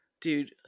dude